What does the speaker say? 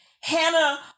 Hannah